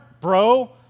bro